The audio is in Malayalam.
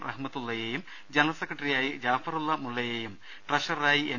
റഹ്മത്തുള്ളയെയും ജനറൽ സെക്രട്ടറിയായി ജാഫറുള്ള മുള്ളയേയും ട്രഷററായി എൻ